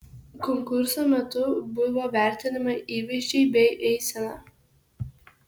konkurso metu buvo vertinami įvaizdžiai bei eisena